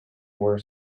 were